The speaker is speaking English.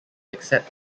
except